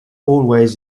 always